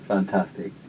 Fantastic